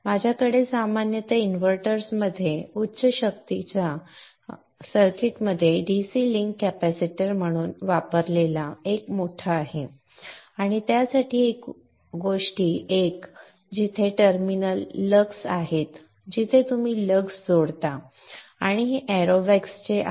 आपल्याकडे सामान्यतः इनव्हर्ट्समध्ये उच्च शक्तीच्या सर्किट्समध्ये dc लिंक कॅपेसिटर म्हणून वापरलेला एक मोठा आहे आणि त्यासारख्या गोष्टी 1 जिथे टर्मिनल लग्स आहेत तिथे आपण लग्ज जोडता आणि हे एरोवॉक्स चे आहे